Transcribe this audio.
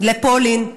לפולין.